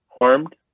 harmed